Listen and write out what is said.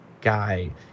guy